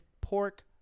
pork